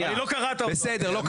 לא קראת אותו.